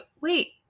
wait